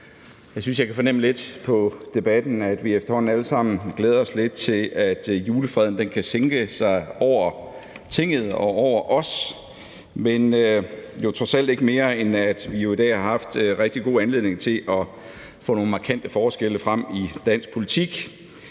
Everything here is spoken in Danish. Jeg synes, jeg kan fornemme lidt på debatten, at vi efterhånden alle sammen glæder os til, at julefreden kan sænke sig over Tinget og over os, men jo trods alt heller ikke mere, end at vi i dag har haft en rigtig god anledning til at få nogle markante forskelle frem i dansk politik.